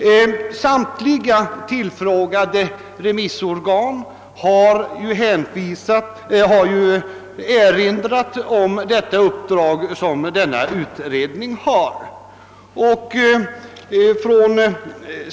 Samtliga tillfrågade remissorgan har erinrat om det uppdrag som denna utredning har.